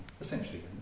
essentially